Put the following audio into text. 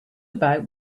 about